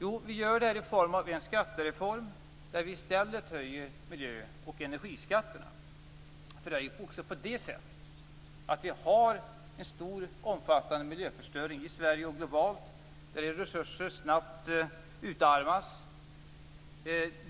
Jo, vi hämtar dem i form av en skattereform där vi i stället höjer miljöoch energiskatterna. Resurserna utarmas snabbt.